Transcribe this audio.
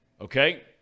okay